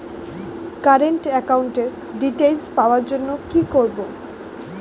Current একাউন্টের details পাওয়ার জন্য কি করব?